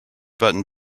button